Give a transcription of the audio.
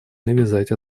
навязать